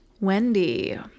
Wendy